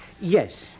Yes